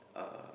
uh